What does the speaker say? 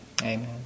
Amen